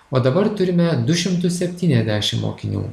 o dabar turime du šimtus septyniasdešim mokinių